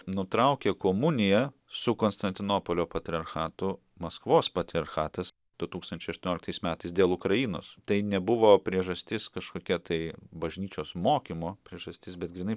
nutraukė komuniją su konstantinopolio patriarchatu maskvos patriarchatas du tūkstančiai aštuonioliktais metais dėl ukrainos tai nebuvo priežastis kažkokia tai bažnyčios mokymo priežastis bet grynai